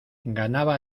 ganaba